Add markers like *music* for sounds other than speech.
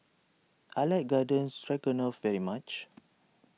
I like Garden Stroganoff very much *noise*